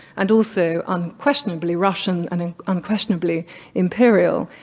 and also unquestionably russian and ah unquestionably imperial,